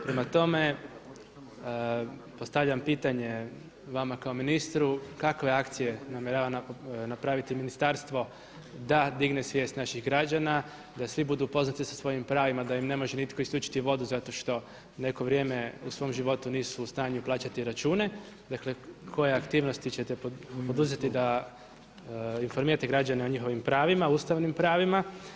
Prema tome, postavljam pitanje vama kao ministru kakve akcije namjerava napraviti ministarstvo da digne svijest naših građana, da svi budu upoznati sa svojim pravima, da im ne može nitko isključiti vodu zato što neko vrijeme u svom životu nisu u stanju plaćati račune, dakle koje aktivnosti ćete poduzeti da informirate građane o njihovim pravima ustavnim pravima.